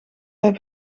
hij